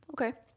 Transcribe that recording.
Okay